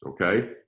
okay